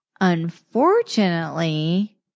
unfortunately